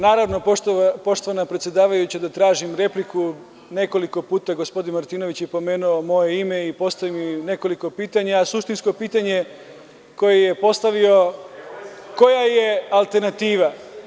Naravno, poštovana predsedavajuća da tražim repliku, nekoliko puta gospodin Martinović je pomenuo moje ime i postavio mi nekoliko pitanja, a suštinsko pitanje koje je postavio - koja je alternativa.